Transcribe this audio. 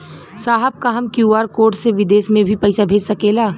साहब का हम क्यू.आर कोड से बिदेश में भी पैसा भेज सकेला?